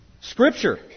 Scripture